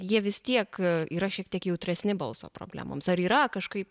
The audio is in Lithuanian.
jie vis tiek yra šiek tiek jautresni balso problemoms ar yra kažkaip